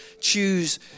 choose